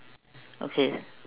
okay